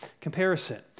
comparison